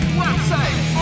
website